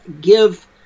give –